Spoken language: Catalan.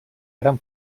gran